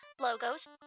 logos